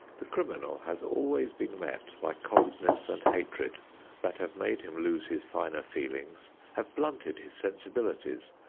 the criminal has always been met by coldness and hatred that have made him lose his finer feelings, have blunted his sensibilities,